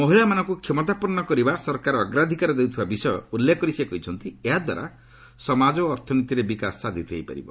ମହିଳାମାନଙ୍କୁ କ୍ଷମତାପନ୍ନ କରିବା ସରକାର ଅଗ୍ରାଧିକାର ଦେଉଥିବା ବିଷୟ ଉଲ୍ଲେଖ କରି ସେ କହିଛନ୍ତି ଏହାଦ୍ୱାରା ସମାଜ ଓ ଅର୍ଥନୀତିରେ ବିକାଶ ସାଧିତ ହୋଇପାରିବ